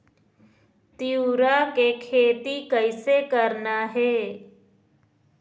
तिऊरा के खेती कइसे करना हे?